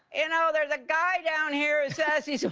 you know there's a guy down here who says he so